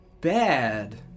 bad